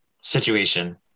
situation